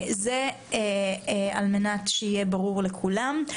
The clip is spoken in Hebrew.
זה על מנת שיהיה ברור לכולם.